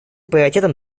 приоритетом